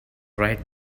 right